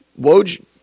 Woj